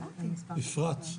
אפרת,